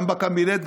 גם בקבינט,